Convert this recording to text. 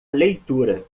leitura